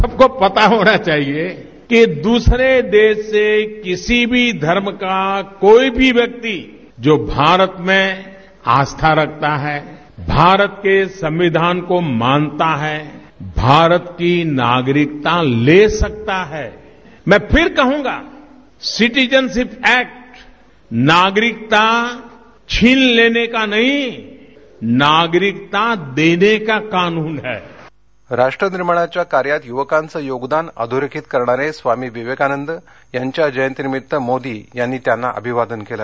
सबको पता होना चाहिए की दुसरे देश से किसी भी धर्मका कोई भी व्यक्ती जो भारत में आस्था रखता है भारत के संविधान को मानता है भारत की नागरिकता ले सकता है में फिर कहूंगा सिटीजनशिप ऍक्ट नागरिकता छिन लेने का नही नागरिकता देने का कानन हैं राष्ट्र निर्माणाच्या कार्यात युवकांचं योगदान अधोरेखित करणारे स्वामी विवेकानंद यांच्या जयंती निमित्त मोदी यांनी त्यांना अभिवादन केलं